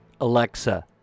Alexa